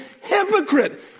hypocrite